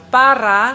para